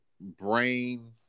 brain